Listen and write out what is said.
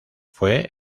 fue